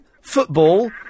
football